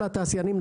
כל התעשיינים,